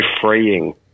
freeing